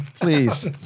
Please